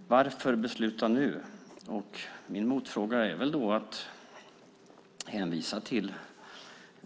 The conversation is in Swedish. Fru talman! Varför ska vi besluta nu? Mitt svar blir att hänvisa till